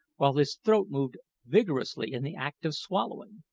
while his throat moved vigorously in the act of swallowing.